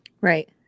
Right